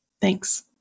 Thanks